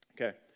Okay